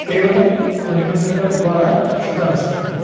केवलं ध्वनिमुद्रकद्वारा शृतमस्ति